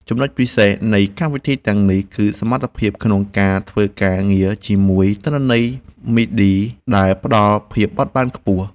ចំណុចពិសេសនៃកម្មវិធីទាំងនេះ គឺ សមត្ថភាពក្នុងការធ្វើការងារជាមួយទិន្នន័យមីឌីដែលផ្តល់ភាពបត់បែនខ្ពស់បំផុត។